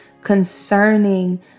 concerning